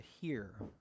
hear